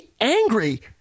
angry